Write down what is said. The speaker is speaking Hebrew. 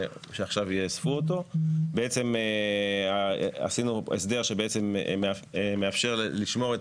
שיאספו אותו מעכשיו בעצם עשינו הסדר שמאפשר לשמור את